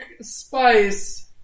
spice